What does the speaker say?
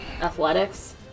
Athletics